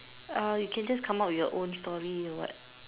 uh you can just come out with your own story or what